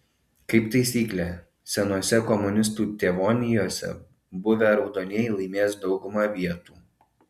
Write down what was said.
kaip taisyklė senose komunistų tėvonijose buvę raudonieji laimės daugumą vietų